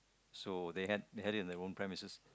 so they had they had it in their own premises